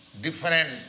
different